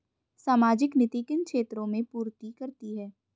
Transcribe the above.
सामाजिक नीति किन क्षेत्रों की पूर्ति करती है?